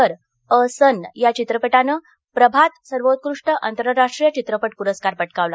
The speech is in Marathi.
तर अ सन या चित्रपटाने प्रभात सर्वोत्कृष्ट आंतरराष्ट्रीय चित्रपट पुरस्कार पटकावला